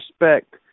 respect